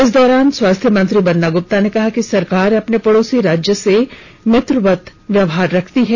इस दौरान स्वास्थ्य मंत्री बन्ना गुप्ता ने कहा कि सरकार अपने पड़ोसी राज्य से मित्रवत व्यवहार रखती है